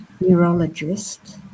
neurologist